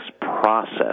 process